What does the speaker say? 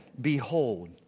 Behold